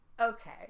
Okay